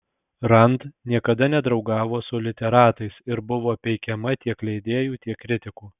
rand niekada nedraugavo su literatais ir buvo peikiama tiek leidėjų tiek kritikų